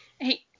Hey